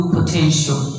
Potential